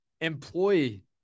employee